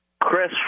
Chris